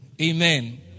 Amen